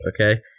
okay